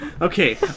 Okay